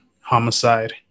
homicide